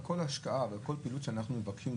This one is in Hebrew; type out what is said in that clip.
על כל השקעה ועל כל פעילות שאנחנו מבקשים,